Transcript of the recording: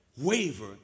Waver